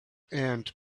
and